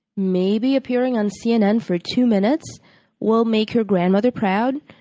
maybe appearing on cnn for two minutes will make your grandmother proud